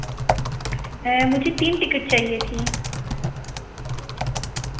मुझे तीन टिकेट चाहिए थी